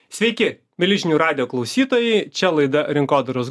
sveiki mieli žinių radijo klausytojai čia laida rinkodaros